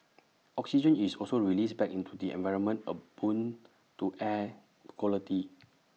oxygen is also released back into the environment A boon to air quality